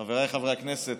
חבריי חברי הכנסת,